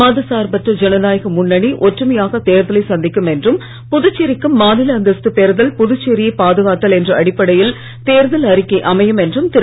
மதசார்பற்ற ஜனநாயக முன்னணி ஒற்றுமையாக தேர்தலை சந்திக்கும் என்றும் புதுச்சேரிக்கு மாநில அந்தஸ்து பெறுதல் புதுச்சேரியை பாதுகாத்தல் என்ற அடிப்படையில் தேர்தல் அறிக்கை அமையும் என்றும் திரு